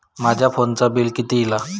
माझ्या फोनचा बिल किती इला?